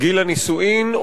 גיל הנישואין,